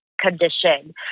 condition